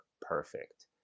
perfect